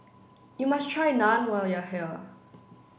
you must try naan when you are here